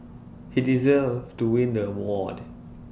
he deserved to win the award